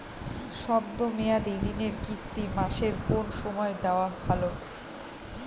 শব্দ মেয়াদি ঋণের কিস্তি মাসের কোন সময় দেওয়া ভালো?